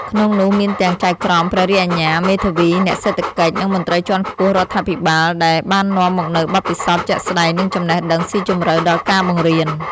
ក្នុងនោះមានទាំង ចៅក្រម ព្រះរាជអាជ្ញា មេធាវី អ្នកសេដ្ឋកិច្ច និងមន្ត្រីជាន់ខ្ពស់រដ្ឋាភិបាល ដែលបាននាំមកនូវបទពិសោធន៍ជាក់ស្តែង និងចំណេះដឹងស៊ីជម្រៅដល់ការបង្រៀន។